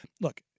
Look